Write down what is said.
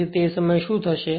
તેથી તે સમયે શું થશે